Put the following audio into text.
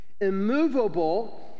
immovable